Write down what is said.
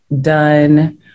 done